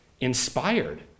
inspired